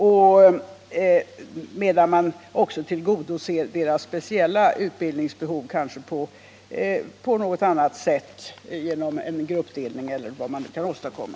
Samtidigt kan man tillgodose deras speciella utbildningsbehov på något annat sätt — genom en gruppdelning eller vad man nu kan åstadkomma.